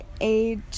age